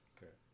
Okay